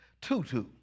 Tutu